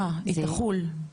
אה היא תחול.